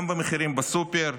גם במחירים בסופר,